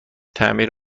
تعمیر